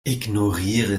ignoriere